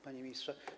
Panie Ministrze!